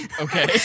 Okay